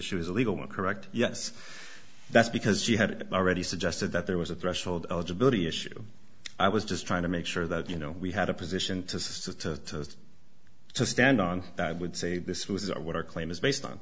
is a legal one correct yes that's because she had already suggested that there was a threshold eligibility issue i was just trying to make sure that you know we had a position to say to stand on that i would say this was what our claim is based on